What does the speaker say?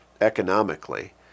economically